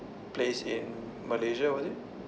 place in malaysia was it